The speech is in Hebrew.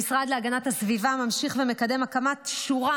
המשרד להגנת הסביבה ממשיך ומקדם הקמת שורה